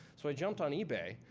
so i jumped on ebay.